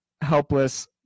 helpless